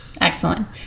Excellent